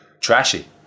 trashy